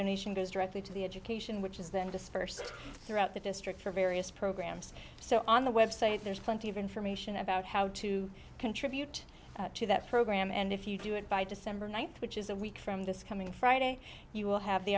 donation goes directly to the education which is then dispersed throughout the district for various programs so on the website there's plenty of information about how to contribute to that program and if you do it by december ninth which is a week from this coming friday you will have the